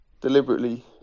deliberately